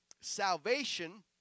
salvation